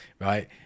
right